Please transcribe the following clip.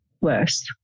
worse